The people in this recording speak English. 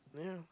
yeah